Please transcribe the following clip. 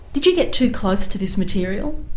did you get too close to this material,